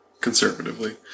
Conservatively